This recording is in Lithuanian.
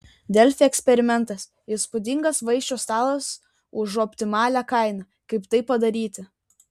delfi eksperimentas įspūdingas vaišių stalas už optimalią kainą kaip tai padaryti